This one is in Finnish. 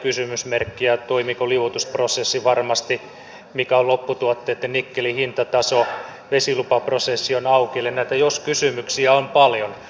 toimiiko liuotusprosessi varmasti mikä on lopputuotteitten nikkelin hintataso vesilupaprosessi on auki eli näitä jos kysymyksiä on paljon